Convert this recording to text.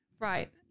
right